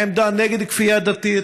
עמדה נגד כפייה דתית,